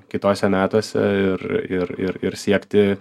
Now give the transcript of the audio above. kituose metuose ir ir ir ir siekti